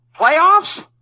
playoffs